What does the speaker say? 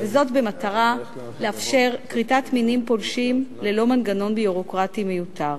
וזאת במטרה לאפשר כריתת מינים פולשים ללא מנגנון ביורוקרטי מיותר.